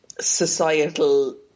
societal